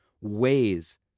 ways